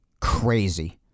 crazy